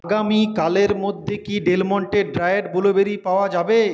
আগামীকালের মধ্যে কি ডেল মন্টে ড্রায়েড ব্লুবেরি পাওয়া যাবে